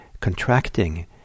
contracting